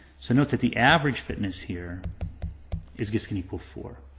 so note that the average fitness here is just gonna equal four.